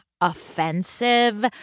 offensive